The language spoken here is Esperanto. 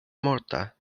morta